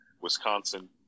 Wisconsin